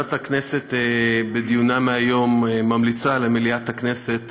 ועדת הכנסת בדיונה מהיום ממליצה למליאת הכנסת